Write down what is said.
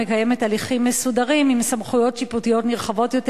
המקיימת הליכים מסודרים עם סמכויות שיפוטיות נרחבות יותר,